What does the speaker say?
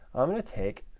i'm going to take,